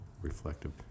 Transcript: reflective